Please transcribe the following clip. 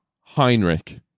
Heinrich